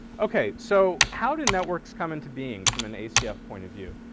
ok, so how did networks come into being from an acf point of view?